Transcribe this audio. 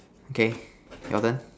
okay your turn